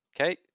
okay